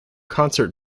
concert